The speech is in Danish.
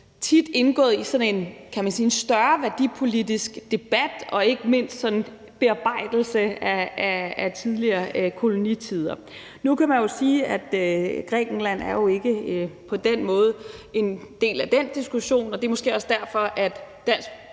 tit indgået i sådan en større værdipolitisk debat og ikke mindst en bearbejdelse af tidligere kolonitider. Nu kan man sige, at Grækenland jo på den måde ikke er en del af den diskussion, og det er måske også derfor, at